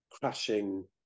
Crashing